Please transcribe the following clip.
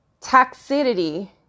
toxicity